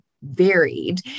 varied